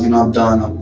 and um done.